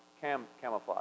camouflage